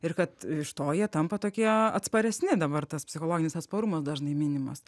ir kad iš to jie tampa tokie atsparesni dabar tas psichologinis atsparumas dažnai minimas